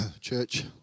church